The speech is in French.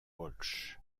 walsh